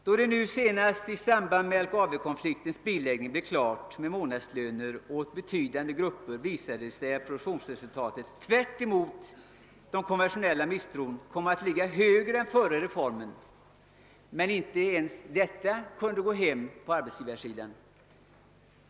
Då det i samband med LKAB-konfliktens biläggning infördes månadslöner åt betydande grupper, visade det sig att produktionsresultatet tvärtemot den konventionella misstron kom att ligga högre än före reformen. Men inte ens detta gick hem på arbetsgivarsidan.